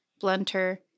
blunter